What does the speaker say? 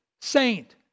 saint